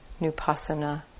Nupassana